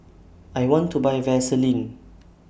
I want to Buy Vaselin